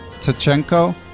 Tachenko